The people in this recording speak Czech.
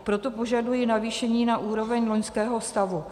Proto požaduji navýšení na úroveň loňského stavu.